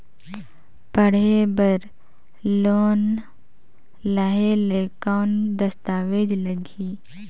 पढ़े बर लोन लहे ले कौन दस्तावेज लगही?